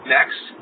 Next